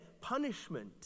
punishment